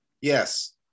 Yes